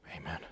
Amen